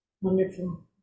Wonderful